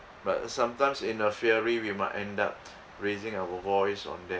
but sometimes in a fury we might end up raising our voice on them